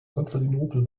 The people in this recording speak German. konstantinopel